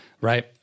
right